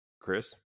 chris